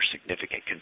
significant